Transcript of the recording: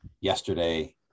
yesterday